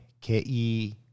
K-E